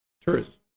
tourists